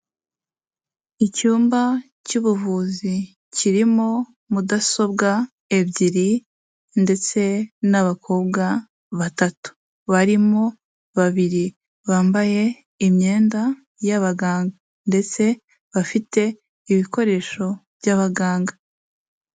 Icyumba cy'ubuvuzi kirimo mudasobwa ebyiri ndetse n'abakobwa batatu, barimo babiri bambaye imyenda y'abaganga ndetse bafite ibikoresho by'abaganga.